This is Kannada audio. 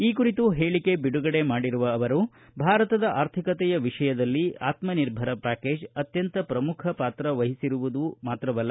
ಈ ಕುರಿತು ಹೇಳಿಕೆ ಬಿಡುಗಡೆ ಮಾಡಿರುವ ಅವರು ಭಾರತದ ಆರ್ಥಿಕತೆಯ ವಿಷಯದಲ್ಲಿ ಆತ್ನ ನಿರ್ಭರ ಪ್ಡಾಕೇಜ್ ಅತ್ಯಂತ ಪ್ರಮುಖ ಪಾತ್ರ ವಹಿಸಿರುವುದು ಮಾತ್ರವಲ್ಲ